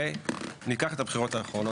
ניקח את הבחירות האחרונות